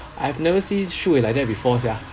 I have never seen you shoot like that before sia